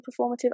performative